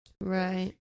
Right